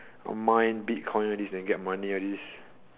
mine bitcoin all this then get money all this